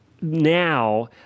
now